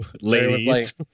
ladies